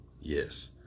yes